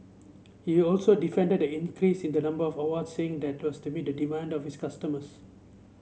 he also defended the increase in the number of awards saying that was to meet the demand of his customers